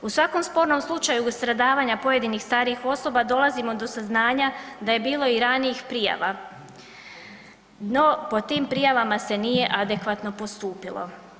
U svakom spornom slučaju stradavanja pojedinih starijih osoba dolazimo do saznanja da je bilo i ranijih prijava, no po tim prijavama se nije adekvatno postupilo.